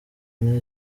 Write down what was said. ine